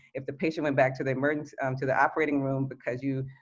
if the patient went back to the emergency to the operating room because you,